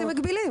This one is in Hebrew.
מגבילים?